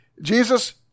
Jesus